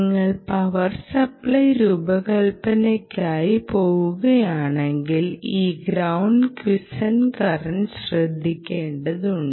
നിങ്ങൾ power supply രൂപകൽപ്പനയ്ക്കായി പോകുകയാണെങ്കിൽ ഈ ഗ്രൌണ്ട് ക്വിസന്റ് കറന്റ് ശ്രദ്ധിക്കേണ്ടതുണ്ട്